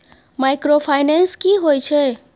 Microfinance की होय छै?